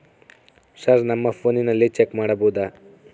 Sir ನಮ್ಮ ಫೋನಿನಲ್ಲಿ check ಮಾಡಬಹುದಾ?